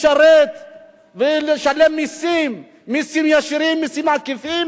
האם הכול מקודש אך ורק כדי לשבת על כס ראש הממשלה,